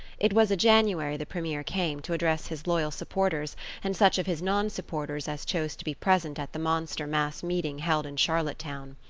it was a january the premier came, to address his loyal supporters and such of his nonsupporters as chose to be present at the monster mass meeting held in charlottetown.